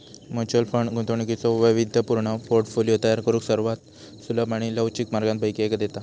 mutual fund गुंतवणुकीचो वैविध्यपूर्ण portfolio तयार करुक सर्वात सुलभ आणि लवचिक मार्गांपैकी एक देता